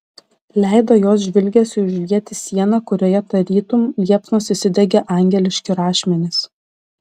leido jos žvilgesiui užlieti sieną kurioje tarytum liepsnos įsidegė angeliški rašmenys